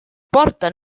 porten